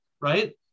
right